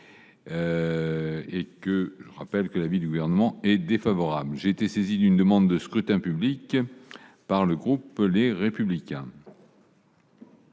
rappelle également que l'avis du Gouvernement est défavorable. J'ai été saisi d'une demande de scrutin public émanant du groupe Les Républicains.